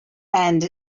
and